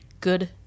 good